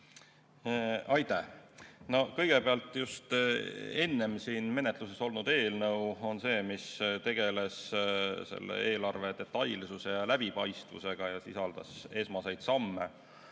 Aitäh! Kõigepealt, just enne siin menetluses olnud eelnõu on see, mis tegeleb eelarve detailsuse ja läbipaistvusega ja sisaldab esmaseid samme